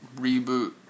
reboot